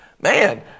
man